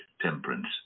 temperance